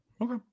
Okay